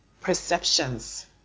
perceptions